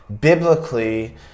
biblically